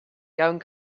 going